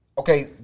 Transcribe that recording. Okay